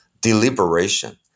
deliberation